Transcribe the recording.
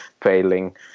failing